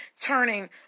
turning